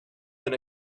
been